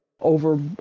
over